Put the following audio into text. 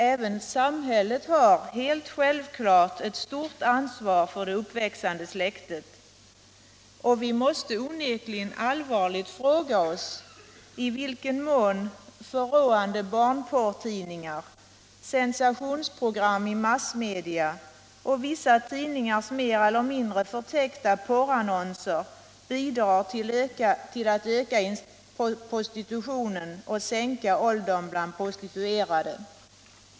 Även samhället har självfallet ett stort ansvar för det uppväxande släktet. Vi måste onekligen allvarligt fråga oss, i vilken mån förråande barnporrtidningar, sensationsprogram i massmedia och vissa tidningars mer eller mindre förtäckta porrannonser bidrar till att öka prostitutionen och sänka åldern bland prostituerade.